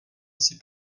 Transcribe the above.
asi